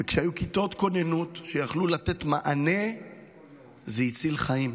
כשהיו כיתות כוננות שיכלו לתת מענה זה הציל חיים.